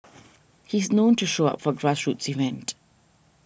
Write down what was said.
he is known to show up for grassroots event